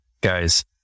guys